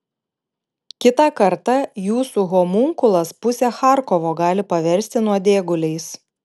kitą kartą jūsų homunkulas pusę charkovo gali paversti nuodėguliais